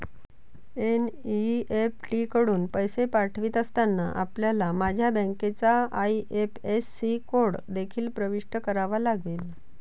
NEFT कडून पैसे पाठवित असताना, आपल्याला माझ्या बँकेचा आई.एफ.एस.सी कोड देखील प्रविष्ट करावा लागेल